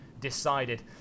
decided